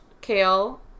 kale